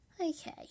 Okay